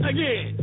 Again